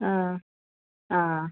അ അ